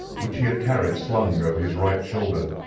which he had carried slung over his right shoulder.